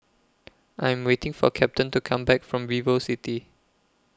I Am waiting For Captain to Come Back from Vivocity